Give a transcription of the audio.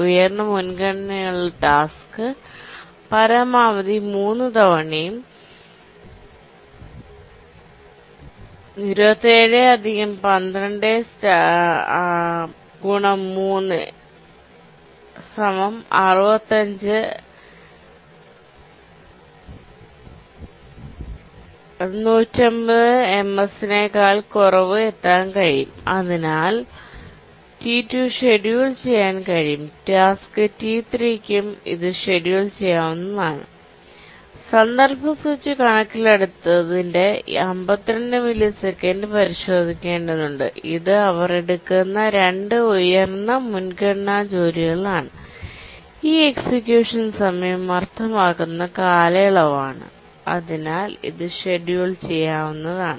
ഉയർന്ന മുൻഗണനയുള്ള ടാസ്ക് പരമാവധി 3 തവണയും 27 12 ∗ 3 65 150 ms എത്താൻ കഴിയും അതിനാൽ T2 ഷെഡ്യൂൾ ചെയ്യാൻ കഴിയും ടാസ്ക് ടി 3 യ്ക്കും ഇത് ഷെഡ്യൂൾ ചെയ്യാവുന്നതാണ് കോണ്ടെസ്റ് സ്വിച്ച് കണക്കിലെടുത്ത് 52 മില്ലിസെക്കൻഡ് പരിശോധിക്കേണ്ടതുണ്ട് ഇത് അവർ എടുക്കുന്ന രണ്ട് ഉയർന്ന മുൻഗണനാ ജോലികളാണ് ഈ എക്സിക്യൂഷൻ സമയം അർത്ഥമാക്കുന്നത് കാലയളവാണ് അതിനാൽ ഇത് ഷെഡ്യൂൾ ചെയ്യാവുന്നതാണ്